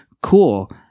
cool